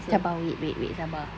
sabar wait wait wait sabar